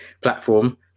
platform